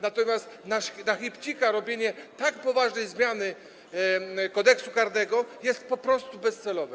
Natomiast na chybcika robienie tak poważnej zmiany Kodeksu karnego jest po prostu bezcelowe.